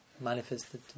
manifested